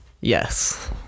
Yes